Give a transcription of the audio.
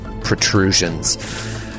protrusions